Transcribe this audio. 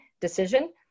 decision